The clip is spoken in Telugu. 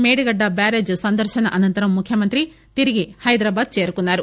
మేడిగడ్డ బ్యారేజ్ సందర్భన అనంతరం ముఖ్యమంత్రి తిరిగి హైదరాబాద్ చేరుకున్నారు